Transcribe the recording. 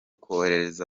korohereza